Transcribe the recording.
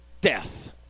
death